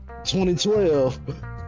2012